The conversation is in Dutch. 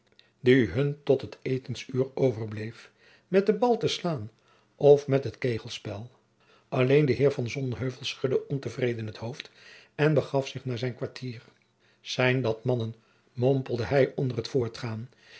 die hun tot het etensuur overbleef met den bal te slaan of met het kegelspel alleen de heer van sonheuvel schudde ontevreden het hoofd en begaf zich naar zijn kwartie zijn dat mannen mompelde hij onder t voortgaan